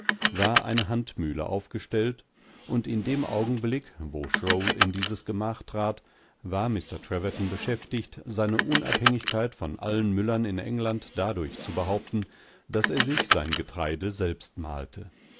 war eine handmühle aufgestellt und in dem augenblick wo shrowl in dieses gemach trat war mr treverton beschäftigt seineunabhängigkeitvonallenmüllerninenglanddadurchzubehaupten daß er sich sein getreide selbst mahlte